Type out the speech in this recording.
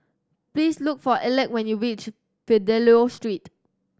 please look for Alek when you reach Fidelio Street